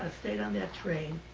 ah stayed on that train.